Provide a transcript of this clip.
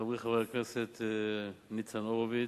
חברי חבר הכנסת ניצן הורוביץ,